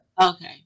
okay